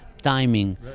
timing